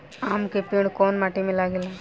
आम के पेड़ कोउन माटी में लागे ला?